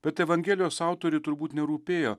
bet evangelijos autoriui turbūt nerūpėjo